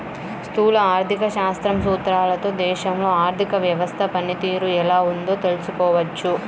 స్థూల ఆర్థిక శాస్త్రం సూత్రాలతో దేశంలో ఆర్థిక వ్యవస్థ పనితీరు ఎలా ఉందో తెలుసుకోవచ్చు